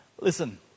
Listen